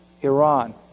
Iran